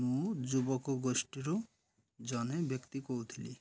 ମୁଁ ଯୁବକ ଗୋଷ୍ଠୀରୁ ଜଣେ ବ୍ୟକ୍ତି କହୁଥିଲି